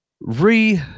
re